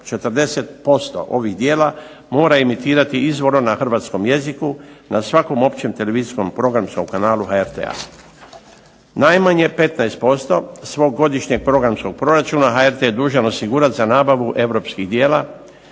40% ovih djela mora emitirati izvorno na hrvatskom jeziku, na svakom općem televizijskom programskom kanalu HRT-a. Najmanje 15% svog godišnjeg programskog proračuna HRT je dužan osigurati za nabavu europskih djela,